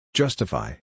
justify